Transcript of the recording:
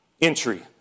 entry